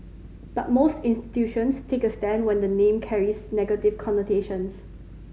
but most institutions take a stand when the name carries negative connotations